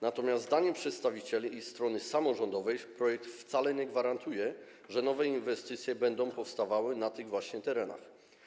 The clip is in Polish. Natomiast zdaniem przedstawicieli strony samorządowej projekt wcale nie gwarantuje, że nowe inwestycje będą powstawały na tych właśnie terenach.